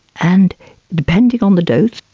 and depending on the dose,